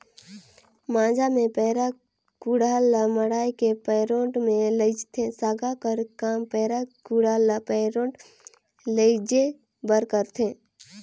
माझा मे पैरा कुढ़ा ल मढ़ाए के पैरोठ मे लेइजथे, सागा कर काम पैरा कुढ़ा ल पैरोठ लेइजे बर करथे